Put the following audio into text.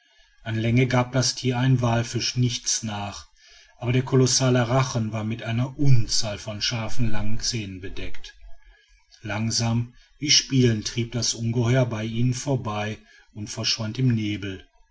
an länge gab das tier einem walfisch nichts nach aber der kolossale rachen war mit einer unzahl von scharfen langen zähnen bedeckt langsam wie spielend trieb das ungeheuer bei ihnen vorbei und verschwand im nebel